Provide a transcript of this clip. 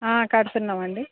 కడుతున్నామండి